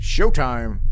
Showtime